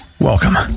Welcome